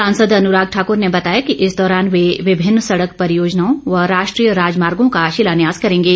सांसद अनुराग ठाकुर ने बताया कि इस दौरान वे विभिन्न सड़क परियोजनाओं व राष्ट्रीय राजमार्गो का शिलान्यास करेंगे